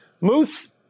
Moose